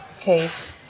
case